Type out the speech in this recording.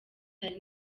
hari